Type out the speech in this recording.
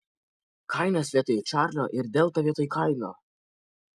kainas vietoj čarlio ir delta vietoj kaino